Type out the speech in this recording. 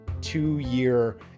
two-year